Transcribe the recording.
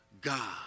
God